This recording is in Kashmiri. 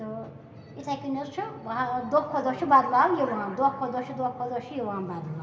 تہٕ یِتھَے کٔنۍ حظ چھُ وا دۄہ کھۄ دۄہ چھِ بَدلاو یِوان دۄہ کھۄ دۄہ چھِ دۄہ کھۄ دۄہ چھِ یِوان بَدلاو